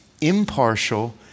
impartial